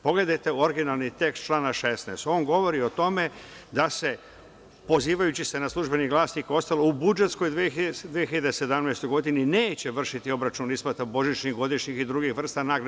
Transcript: Pogledajte originalni tekst člana 16, on govori o tome da se, pozivajući se na „Službeni glasnik“, u budžetskoj 2017. godini neće vršiti obračun isplata božićnih, godišnjih i drugih vrsta nagrada.